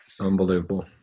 Unbelievable